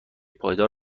پایدار